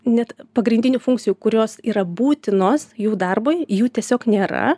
net pagrindinių funkcijų kurios yra būtinos jų darbui jų tiesiog nėra